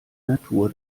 natur